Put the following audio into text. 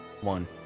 one